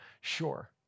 sure